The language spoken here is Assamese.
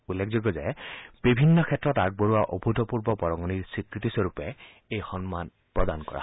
উল্লেখযোগ্য যে বিভিন্ন ক্ষেত্ৰত আগব ঢ়োৱা অভূতপূৰ্ব বৰঙণিৰ স্বীকৃতি স্বৰূপে এই সন্মান প্ৰদান কৰা হয়